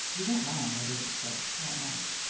he won't mind, i don't expect not much.